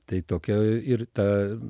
tai tokia ir ta